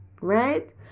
right